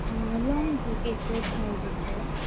आं long book A four सायजाचे